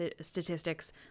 statistics